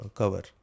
cover